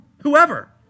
Whoever